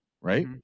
right